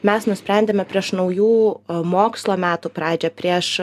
mes nusprendėme prieš naujų mokslo metų pradžią prieš